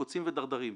קוצים ודרדרים.